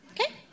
Okay